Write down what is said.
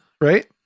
right